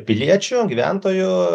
piliečių gyventojų